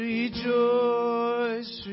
Rejoice